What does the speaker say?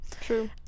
True